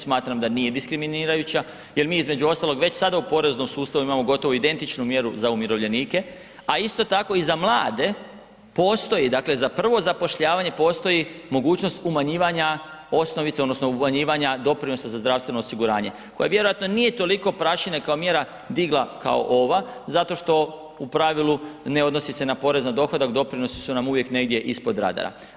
Smatram da nije diskriminirajuća jel mi između ostalog već sada u poreznom sustavu imamo gotovo identičnu mjeru za umirovljenike, a isto tako i za mlade postoji dakle za prvo zapošljavanje postoji mogućnost umanjivanja osnovica odnosno umanjivanja doprinosa za zdravstveno osiguranje koje vjerojatno nije toliko prašine digla kao ova mjera zato što u pravilu ne odnosi se na porez na dohodak, doprinosi su nam uvijek ispod radara.